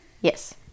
Yes